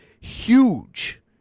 huge